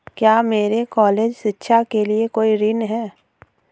क्या मेरे कॉलेज शिक्षा के लिए कोई ऋण है?